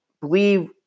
believe